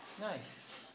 Nice